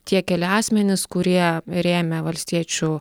tie keli asmenys kurie rėmė valstiečių